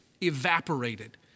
evaporated